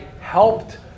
helped